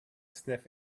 sniff